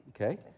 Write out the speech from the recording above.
okay